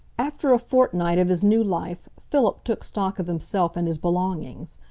after a fortnight of his new life, philip took stock of himself and his belongings.